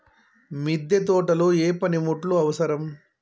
మిద్దె తోటలో ఏ పనిముట్లు అవసరం?